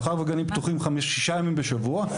מאחר והגנים פתוחים שישה ימים בשבוע,